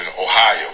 Ohio